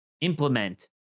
implement